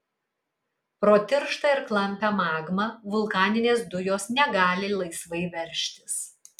pro tirštą ir klampią magmą vulkaninės dujos negali laisvai veržtis